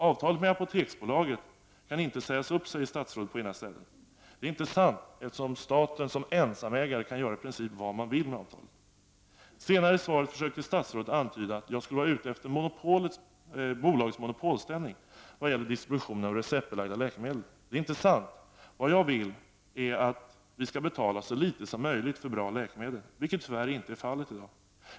Avtalet med Apoteksbolaget kan inte sägas upp, säger statsrådet på det ena stället. Det är inte sant, eftersom staten som ensamägare kan göra i princip vad man vill med avtalet. Senare i svaret försöker statsrådet antyda att jag skulle vara ute efter bolagets monopolställning vad gäller distribution av receptbelagda läkemedel. Det är inte sant. Vad jag vill är att vi skall betala så litet som möjligt för bra läkemedel, vilket tyvärr inte är fallet i dag.